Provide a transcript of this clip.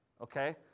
okay